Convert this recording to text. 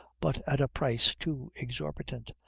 but at a price too exorbitant,